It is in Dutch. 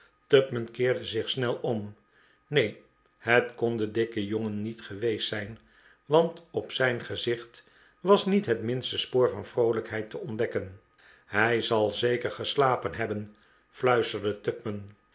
tupman keerde zich snel om neen het kon de dikke jongen niet geweest zijn want op zijn gezicht was niet het minste spoor van vroolijkheid te ontdekken hij zal zeker geslapen hebben fluisterde